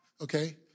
Okay